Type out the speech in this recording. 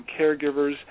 caregivers